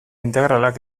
integralak